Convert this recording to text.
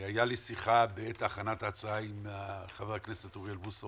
הייתה לי שיחה בעת הכנת ההצעה עם חבר הכנסת אוריאל בוסו